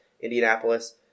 Indianapolis